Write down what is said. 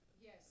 Yes